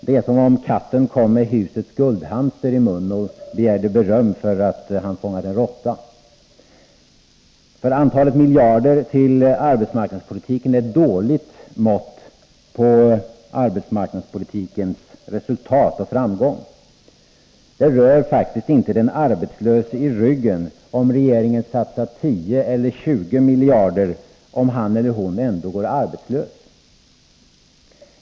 Det är som om katten kom med husets guldhamster i mun och begärde beröm för att han hade fångat en råtta. Antalet miljarder till arbetsmarknadspolitiken är ett dåligt mått på dess resultat och framgång. Det rör inte den arbetslöse i ryggen om regeringen satsar 10 eller 20 miljarder, om han eller hon ändå är arbetslös.